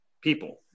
people